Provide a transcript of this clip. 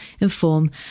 inform